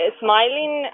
smiling